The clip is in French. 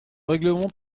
règlement